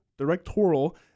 directorial